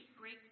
great